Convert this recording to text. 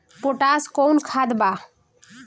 Potash कोउन खाद बा?